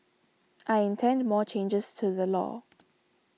I intend more changes to the law